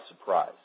surprise